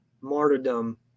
martyrdom